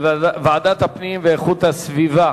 לוועדת הפנים והגנת הסביבה